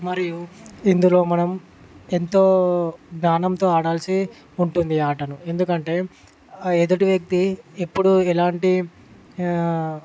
మరియు ఇందులో మనం ఎంతో జ్ఞానంతో ఆడాల్సి ఉంటుంది ఈ ఆటను ఎందుకంటే ఎదుటి వ్యక్తి ఎప్పుడు ఎలాంటి